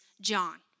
John